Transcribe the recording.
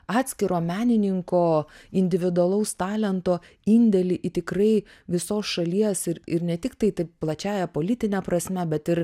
atskiro menininko individualaus talento indėlį į tikrai visos šalies ir ir ne tiktai taip plačiąja politine prasme bet ir